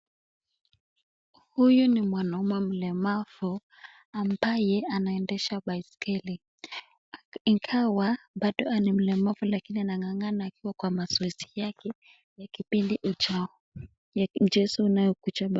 Huyu ni mwanaume mlemavu ambaye anaendesha baiskeli, ingawa bado ni mlemavu lakini bado anang'ang'ana akiwa kwa mazoezi yake ya kipindi ujao mchezo unaokuja